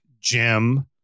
Jim